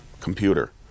computer